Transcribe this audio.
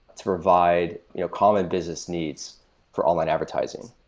to provide you know common business needs for online advertising.